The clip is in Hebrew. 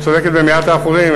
את צודקת במאת האחוזים.